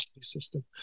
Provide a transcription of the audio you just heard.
system